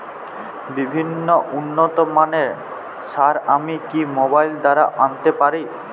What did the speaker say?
বিভিন্ন উন্নতমানের সার আমি কি মোবাইল দ্বারা আনাতে পারি?